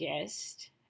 guest